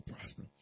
prosper